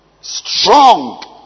Strong